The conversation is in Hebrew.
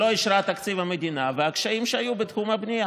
שלא אישרה תקציב מדינה והקשיים שהיו בתחום הבנייה.